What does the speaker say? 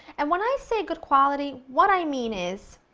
and when i say a good quality, what i mean is,